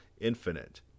Infinite